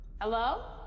Hello